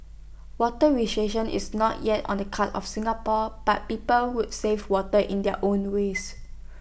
water rationing is not yet on the cards of Singapore but people who save water in their own ways